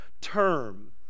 term